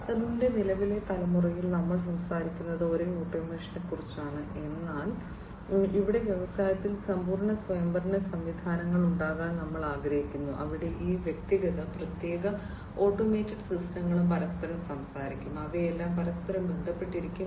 0 ന്റെ നിലവിലെ തലമുറയിൽ നമ്മൾ സംസാരിക്കുന്നത് ഒരേ ഓട്ടോമേഷനെക്കുറിച്ചാണ് എന്നാൽ ഇവിടെ വ്യവസായത്തിൽ സമ്പൂർണ്ണ സ്വയംഭരണ സംവിധാനങ്ങൾ ഉണ്ടാകാൻ ഞങ്ങൾ ആഗ്രഹിക്കുന്നു അവിടെ ഈ വ്യക്തിഗത പ്രത്യേക ഓട്ടോമേറ്റഡ് സിസ്റ്റങ്ങളും പരസ്പരം സംസാരിക്കും അവയെല്ലാം പരസ്പരം ബന്ധപ്പെട്ടിരിക്കും